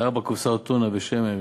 זה ארבע קופסאות טונה בשמן,